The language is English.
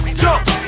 jump